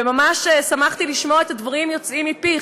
וממש שמחתי לשמוע את הדברים יוצאים מפיך,